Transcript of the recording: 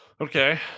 Okay